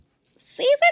season